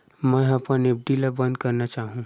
मेंहा अपन एफ.डी ला बंद करना चाहहु